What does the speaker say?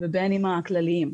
ובין אם הכלליים.